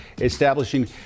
establishing